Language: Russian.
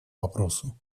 вопросу